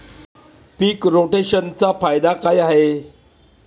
पीक रोटेशनचा फायदा काय आहे?